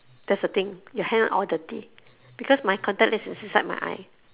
that's the thing your hand are all dirty because my contact lens is inside my eye